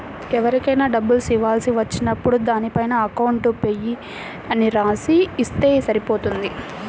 ఎవరికైనా డబ్బులు ఇవ్వాల్సి వచ్చినప్పుడు దానిపైన అకౌంట్ పేయీ అని రాసి ఇస్తే సరిపోతుంది